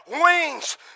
wings